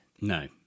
no